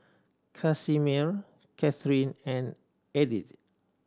Casimir Catharine and Edythe